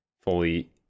fully